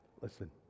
listen